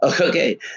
okay